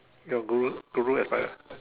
your guro guro expired ah